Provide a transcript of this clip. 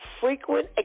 frequent